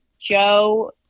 Joe